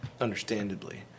understandably